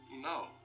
no